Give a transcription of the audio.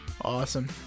awesome